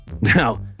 Now